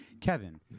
Kevin